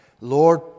Lord